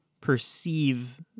perceive